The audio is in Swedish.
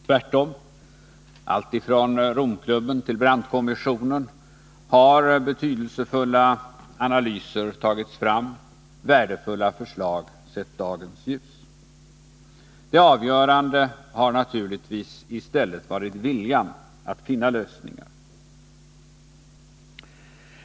Tvärtom: alltifrån Romklubben till Brandt-kommissionen har betydelsefulla analyser tagits fram och värdefulla förslag sett dagensljus. Det avgörande har i stället varit viljan att finna lösningar.